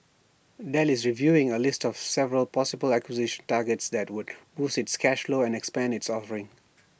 Dell is reviewing A list of several possible acquisition targets that would boost its cash flow and expand its offerings